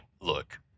look